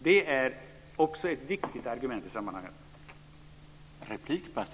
Det är också ett viktigt argument i sammanhanget.